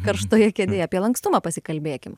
karštoje kėdėje apie lankstumą pasikalbėkim